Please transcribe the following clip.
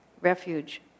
refuge